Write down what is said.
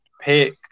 pick